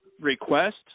request –